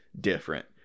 different